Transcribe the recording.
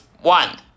one